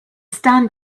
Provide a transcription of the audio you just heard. stand